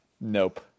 Nope